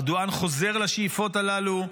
ארדואן חוזר לשאיפות הללו.